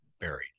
buried